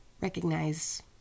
recognize